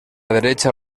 derecha